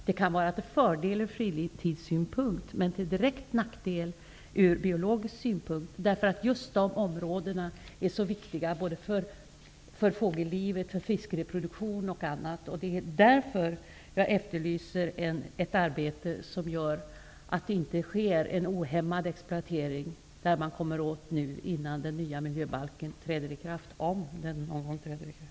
Det kan vara till fördel ur fritidssynpunkt, men till direkt nackdel ur biologisk synpunkt. Just de områdena är mycket viktiga för fågellivet, för fiskereproduktionen och annat. Det är därför jag efterlyser ett arbete som gör att det inte sker en ohämmad exploatering där man kommer åt, innan den nya miljöbalken träder i kraft -- om den någon gång träder i kraft.